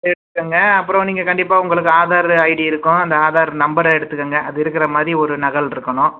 எடுத்துக்கங்க அப்புறம் நீங்கள் கண்டிப்பாக உங்களுக்கு ஆதார் ஐடி இருக்கும் அந்த ஆதார் நம்பரை எடுத்துக்கங்க அது இருக்குற மாதிரி ஒரு நகல் இருக்கணும்